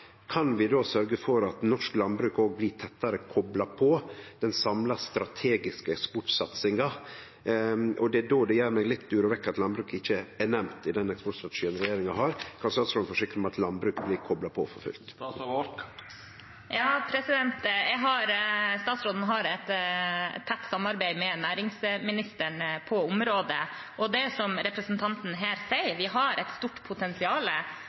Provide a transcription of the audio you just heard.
kan vi då sørgje for at norsk landbruk òg blir tettare kopla på den samla strategiske eksportsatsinga? Det er då det uroar meg litt at landbruket ikkje er nemnt i eksportstrategien regjeringa har. Kan statsråden forsikre om at landbruket blir kopla på for fullt? Statsråden har tett samarbeid med næringsministeren på området, og det er som representanten sier: Vi har et stort